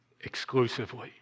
exclusively